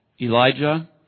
Elijah